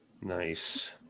nice